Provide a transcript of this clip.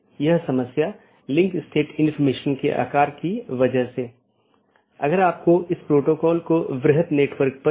अब ऑटॉनमस सिस्टमों के बीच के लिए हमारे पास EBGP नामक प्रोटोकॉल है या ऑटॉनमस सिस्टमों के अन्दर के लिए हमारे पास IBGP प्रोटोकॉल है अब हम कुछ घटकों को देखें